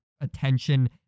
attention